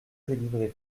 délivrait